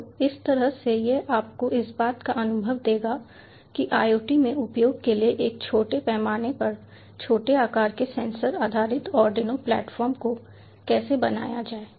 तो इस तरह से यह आपको इस बात का अनुभव देगा कि IoT में उपयोग के लिए एक छोटे पैमाने पर छोटे आकार के सेंसर आधारित आर्डिनो प्लेटफॉर्म को कैसे बनाया जाए